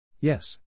Yes